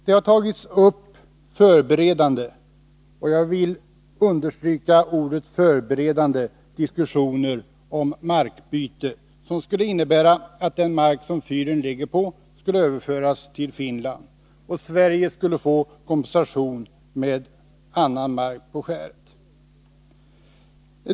Det har tagits upp förberedande — och jag vill understryka förberedande — diskussioner om markbyte som skulle innebära, att den mark som fyren ligger på skulle överföras till Finland. Sverige skulle få kompensation med annan mark på skäret.